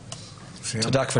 אני מניח שהעלית,